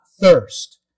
thirst